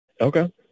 Okay